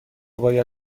باید